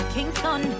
Kingston